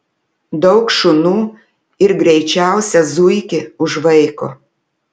daug šunų ir greičiausią zuikį užvaiko